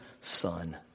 Son